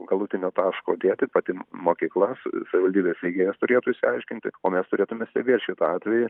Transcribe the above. galutinio taško dėti pati mokykla sa savivaldybė steigėjas turėtų išsiaiškinti o mes turėtume stebėt šitą atvejį